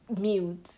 mute